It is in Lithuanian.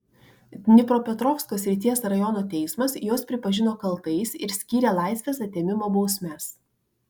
dnipropetrovsko srities rajono teismas juos pripažino kaltais ir skyrė laisvės atėmimo bausmes